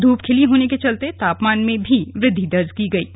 धूप खिली होने के चलते तापमान में भी वृद्धि दर्ज की गई है